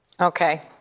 Okay